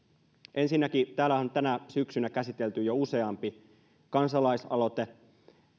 ensinnäkin täällä on tänä syksynä käsitelty jo useampi kansalaisaloite